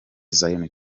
zion